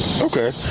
okay